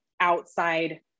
outside